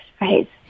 right